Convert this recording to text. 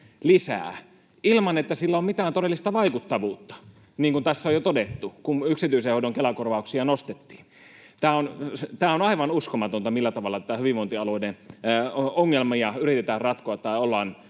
lisää ilman, että sillä on mitään todellista vaikuttavuutta, niin kuin tässä on jo todettu, kun yksityisen hoidon Kela-korvauksia nostettiin. Tämä on aivan uskomatonta, millä tavalla näitä hyvinvointialueiden ongelmia yritetään ratkoa — tai ollaan